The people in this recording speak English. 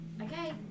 Okay